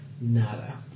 Nada